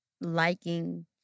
liking